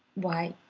why,